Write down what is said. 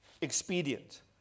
expedient